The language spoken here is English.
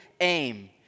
aim